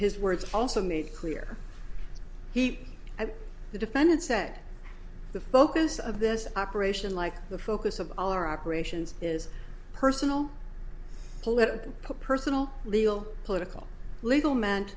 his words also made clear he and the defendant said the focus of this operation like the focus of our operations is personal political personal legal political legal mean